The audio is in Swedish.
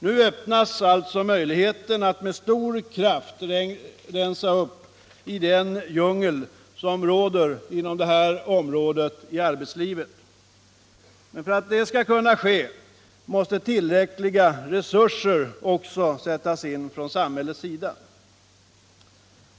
Nu öppnas alltså möjligheten att med stor kraft rensa upp i den djungel som råder på det här området i arbetslivet. Men för att detta skall kunna ske måste tillräckliga resurser sättas in från samhällets sida.